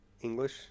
English